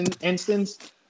instance